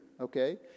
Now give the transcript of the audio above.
okay